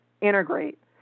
integrate